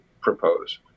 propose